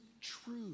true